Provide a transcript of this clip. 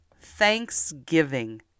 thanksgiving